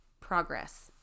progress